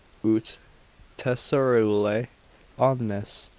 ut tesserulae omnes,